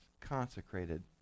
consecrated